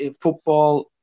football